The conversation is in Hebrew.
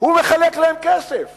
הוא מחלק כסף